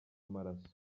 amaraso